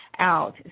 out